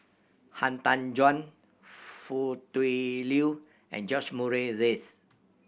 Han Tan Juan Foo Tui Liew and George Murray Reith